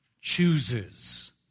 chooses